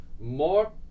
More